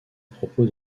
propos